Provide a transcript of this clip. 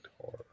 horror